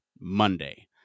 Monday